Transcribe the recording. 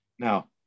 Now